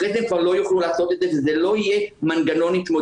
אחרי זה הם כבר לא יוכלו לעשות את זה כי זה לא יהיה מנגנון התמודדות.